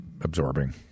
absorbing